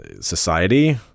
society